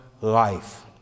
life